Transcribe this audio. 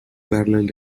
parallel